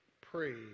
praise